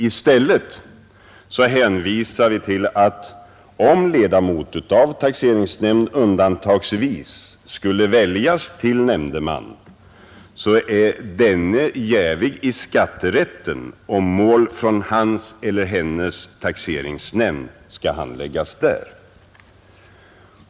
I stället hänvisar vi till att om ledamot av taxeringsnämnd undantagsvis skulle väljas till nämndeman, så är denne jävig i skatterätten om mål från hans eller hennes taxeringsnämnd skulle handläggas där.